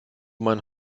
mein